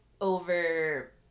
over